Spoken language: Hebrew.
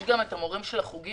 יש גם את המורים של החוגים.